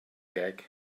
gag